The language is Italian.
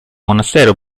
monastero